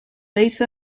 beta